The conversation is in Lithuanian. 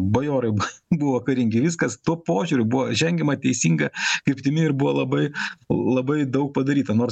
bajorai buvo karingi viskas tuo požiūriu buvo žengiama teisinga kryptimi ir buvo labai labai daug padaryta nors